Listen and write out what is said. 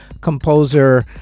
composer